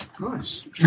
nice